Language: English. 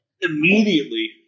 immediately